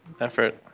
effort